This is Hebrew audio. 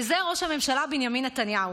וזה ראש הממשלה בנימין נתניהו.